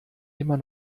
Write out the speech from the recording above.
immer